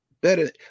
better